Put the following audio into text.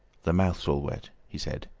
the mouth's all wet, he said.